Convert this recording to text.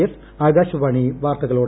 S Akashvani വാർത്തകളോട്